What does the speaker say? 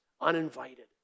uninvited